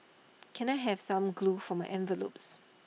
can I have some glue for my envelopes